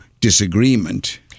disagreement